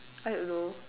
I don't know